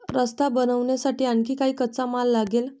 रस्ता बनवण्यासाठी आणखी काही कच्चा माल लागेल